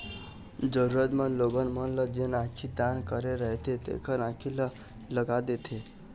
जरुरतमंद लोगन मन ल जेन आँखी दान करे रहिथे तेखर आंखी ल लगा देथे